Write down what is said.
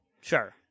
Sure